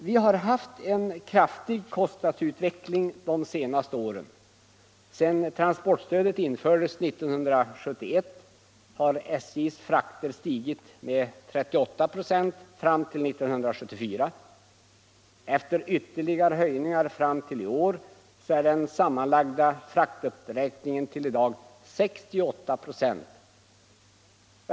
Vi har haft en kraftig kostnadsutveckling de senaste åren. Sedan transportstödet infördes 1971 har SJ:s frakter stigit med 38 96 fram till 1974. Efter ytterligare höjningar fram till i år är den sammanlagda fraktuppräkningen i dag 68 96.